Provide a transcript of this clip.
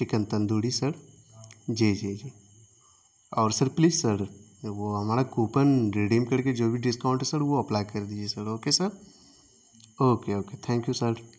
chicken tandoori sir جی جی جی اور سر پلیز سر وہ ہمارا کوپن ریڈیم کر کے جو بھی ڈسکاؤنٹ ہے سر وہ اپلائی کر دیجیے sir okay sir okay okay thank you sir